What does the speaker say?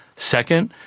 second,